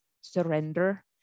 surrender